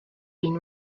been